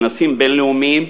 כנסים בין-לאומיים,